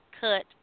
cut